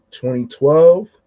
2012